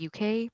UK